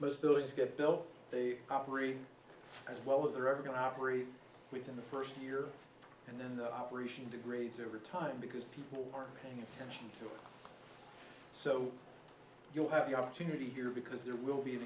get built they operate as well as they're ever going to operate within the st year and then the operation degrades over time because people are paying attention to it so you'll have the opportunity here because there will be an